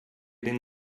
den